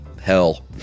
hell